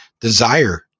desire